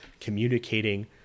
communicating